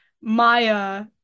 Maya